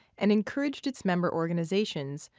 and encouraged its member organizations,